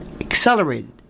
accelerated